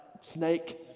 snake